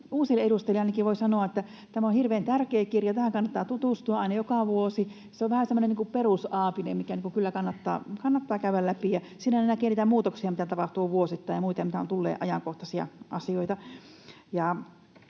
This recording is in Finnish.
Uusille edustajille ainakin voi sanoa, että tämä on hirveän tärkeä kirja. Tähän kannattaa tutustua aina, joka vuosi. Se on vähän semmoinen perusaapinen, mikä kyllä kannattaa käydä läpi. Siitä näkee niitä muutoksia, mitä tapahtuu vuosittain, ja muita, mitä on tullut, ja ajankohtaisia asioita.